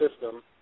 system